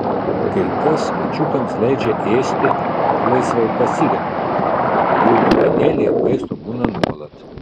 kai kas kačiukams leidžia ėsti laisvai pasirenkant jų dubenėlyje maisto būna nuolat